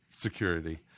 Security